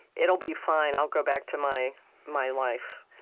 it'll be fine. i'll go back to my my life.